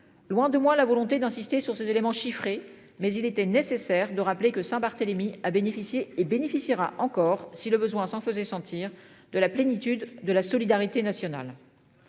Loin de moi la volonté d'insister sur ces éléments chiffrés, mais il était nécessaire de rappeler que Saint Barthélémy a bénéficié et bénéficiera encore si le besoin s'en faisait sentir de la plénitude de la solidarité nationale.